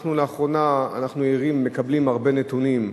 לאחרונה אנחנו עדים, מקבלים הרבה נתונים: